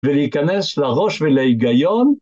‫ולהיכנס לראש ולהיגיון.